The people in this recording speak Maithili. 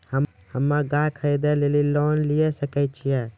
हम्मे गाय खरीदे लेली लोन लिये सकय छियै?